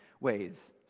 ways